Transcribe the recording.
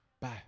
Bye